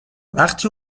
وقتی